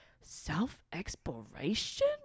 self-exploration